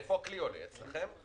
איפה ---, אצלכם?